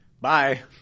Bye